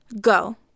Go